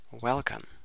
Welcome